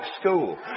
school